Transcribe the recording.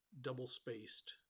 double-spaced